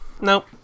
Nope